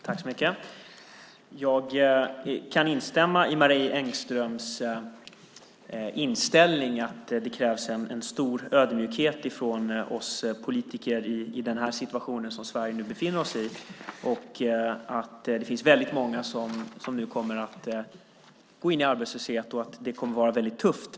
Herr talman! Jag kan instämma i Marie Engströms inställning att det krävs en stor ödmjukhet från oss politiker i den situation som Sverige nu befinner sig, att det finns väldigt många som nu kommer att gå in i arbetslöshet och att det kommer att vara väldigt tufft.